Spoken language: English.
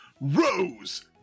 Rose